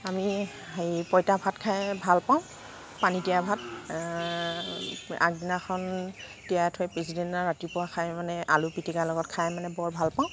আমি হেৰি পইতা ভাত খায় ভাল পাওঁ পানী দিয়া ভাত আগদিনাখন তিয়াই থৈ পিছদিনা ৰাতিপুৱা খায় মানে আলু পিটিকাৰ লগত খায় মানে বৰ ভাল পাওঁ